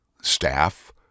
staff